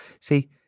See